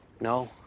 No